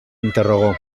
interrogó